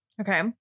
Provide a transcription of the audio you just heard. Okay